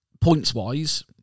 points-wise